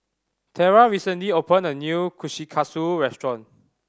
Terra recently opened a new Kushikatsu restaurant